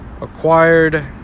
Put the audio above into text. acquired